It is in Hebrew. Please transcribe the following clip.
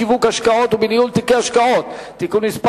בשיווק השקעות ובניהול תיקי השקעות (תיקון מס'